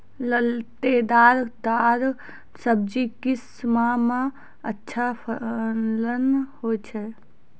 लतेदार दार सब्जी किस माह मे अच्छा फलन होय छै?